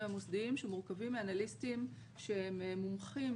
המוסדיים שמורכבים מאנליסטים שהם מומחים